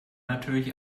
natürlich